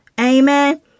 Amen